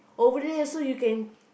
over there also you can